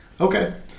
Okay